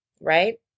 right